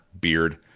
beard